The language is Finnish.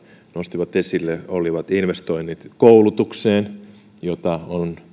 nostivat esille olivat investoinnit koulutukseen joita on